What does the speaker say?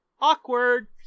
Awkward